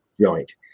joint